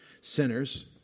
Sinners